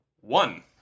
one